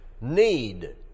need